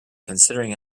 considering